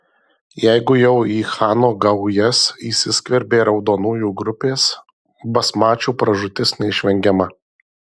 jeigu jau į chano gaujas įsiskverbė raudonųjų grupės basmačių pražūtis neišvengiama